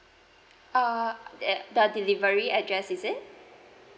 uh th~ the delivery address is it